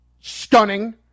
stunning